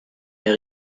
der